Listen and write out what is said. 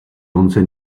once